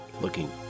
looking